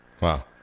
Wow